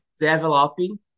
developing